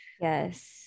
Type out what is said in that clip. yes